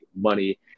money